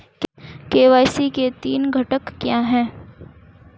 KYC के तीन घटक क्या हैं?